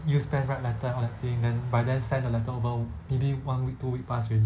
use penwrite letter and all that thing then by then send the letter over maybe one week two week passed already